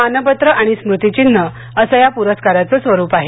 मानपत्र आणि स्मृतिचिन्ह असं या पुरस्काराचं स्वरूप आहे